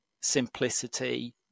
simplicity